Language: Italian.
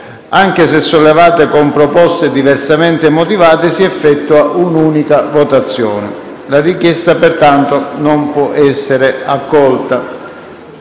anche se sollevate «con proposte diversamente motivate, si effettua un'unica votazione». La richiesta pertanto non può essere accolta.